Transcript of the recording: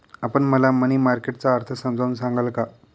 आपण मला money market चा अर्थ समजावून सांगाल का?